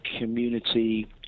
community